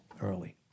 early